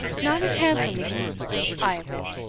not as handsome as miss gwilt, i admit.